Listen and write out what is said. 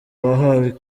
wahawe